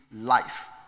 life